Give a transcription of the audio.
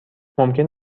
ممکن